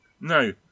No